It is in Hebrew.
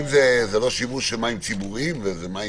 אם זה לא שימוש במים ציבוריים וזה מים